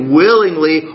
willingly